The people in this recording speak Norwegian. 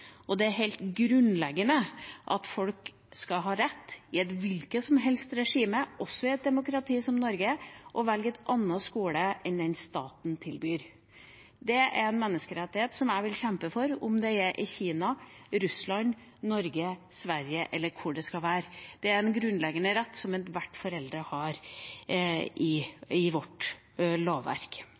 Det er helt grunnleggende at folk skal ha rett, i et hvilket som helst regime, også i et demokrati som Norge, til å velge en annen skole enn den staten tilbyr. Det er en menneskerettighet som jeg vil kjempe for, om det er i Kina, Russland, Norge, Sverige eller hvor det skal være. Det er en grunnleggende rett som enhver forelder har i vårt lovverk.